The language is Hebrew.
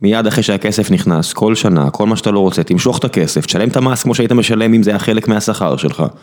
מיד אחרי שהכסף נכנס, כל שנה, כל מה שאתה לא רוצה, תמשוך את הכסף, תשלם את המס כמו שהיית משלם אם זה היה חלק מהשכר שלך.